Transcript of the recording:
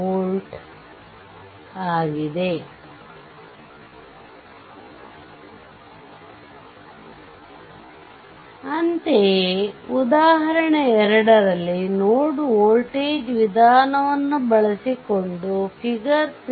ಅಂತೆಯೇ ಉದಾಹರಣೆ 2 ಲ್ಲಿ ನೋಡ್ ವೋಲ್ಟೇಜ್ ವಿಧಾನವನ್ನು ಬಳಸಿಕೊಂಡು ಫಿಗರ್ 3